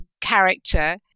character